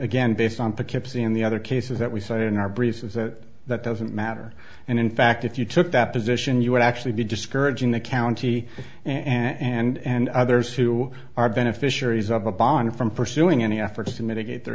again based on poughkeepsie and the other cases that we cited in our brief says that that doesn't matter and in fact if you took that position you would actually be discouraging the county and others who are beneficiaries of a bond from pursuing any efforts to mitigate their